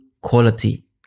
quality